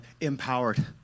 empowered